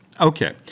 Okay